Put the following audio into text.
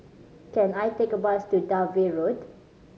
can I take a bus to Dalvey Road